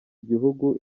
igihugu